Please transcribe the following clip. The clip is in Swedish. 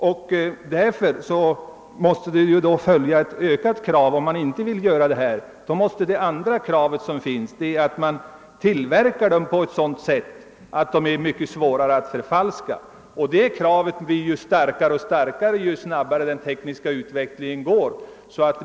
Om man inte vill gå med på att ge ersättning måste därav följa ett ökat krav på att man tillverkar sedlarna så att de är mycket svårare att förfalska. Det kravet blir starkare och starkare ju snabbare den tekniska utvecklingen går.